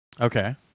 Okay